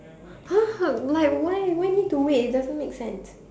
!huh! h~ like why why need to wait it doesn't make sense